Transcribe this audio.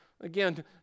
Again